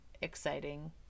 exciting